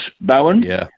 Bowen